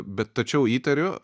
bet tačiau įtariu